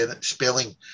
spelling